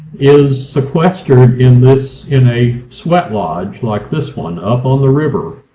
is sequestered in this. in a sweat lodge like this one up on the river.